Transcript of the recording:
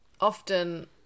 often